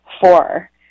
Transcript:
four